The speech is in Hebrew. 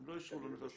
אישרו לאוניברסיטת